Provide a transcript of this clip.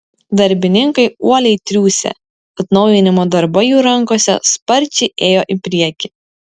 darbininkai uoliai triūsė atnaujinimo darbai jų rankose sparčiai ėjo į priekį